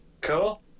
Cool